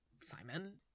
Simon